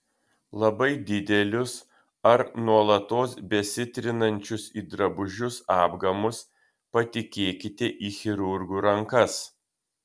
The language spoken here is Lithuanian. labai didelius ar nuolatos besitrinančius į drabužius apgamus patikėkite į chirurgų rankas